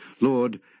Lord